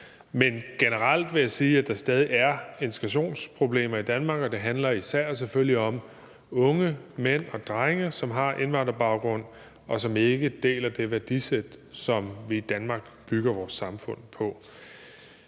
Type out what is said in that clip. men jeg vil sige, at der generelt stadig er integrationsproblemer i Danmark, og det handler selvfølgelig især om unge mænd og drenge, som har indvandrerbaggrund, og som ikke deler det værdisæt, som vi i Danmark bygger vores samfund på.